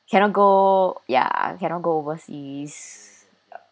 cannot go ya cannot go overseas